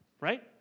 right